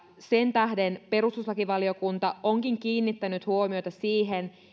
sen tähden perustuslakivaliokunta onkin kiinnittänyt huomiota siihen